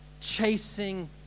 chasing